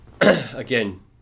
again